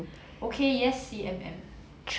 okay yes C_M_M